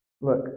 Look